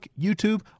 YouTube